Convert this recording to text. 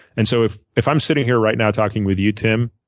and so if if i'm sitting here right now talking with you, tim,